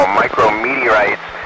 micro-meteorites